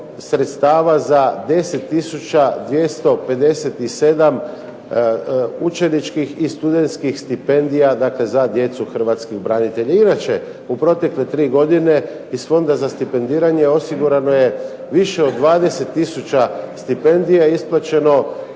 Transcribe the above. sredstava za 10 tisuća 257 učeničkih i studentskih stipendija za djecu Hrvatskih branitelja. Inače u protekle 3 godine iz Fonda za stipendiranje osigurano je više od 20 tisuća stipendija, isplaćeno